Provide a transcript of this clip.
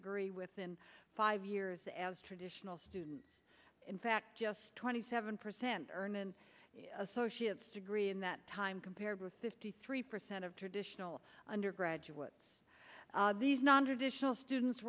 agree within five years as traditional students in fact just twenty seven percent earn an associate's degree in that time compared with fifty three percent of traditional undergraduates these nontraditional students